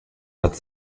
hat